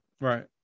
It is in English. Right